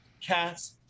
cats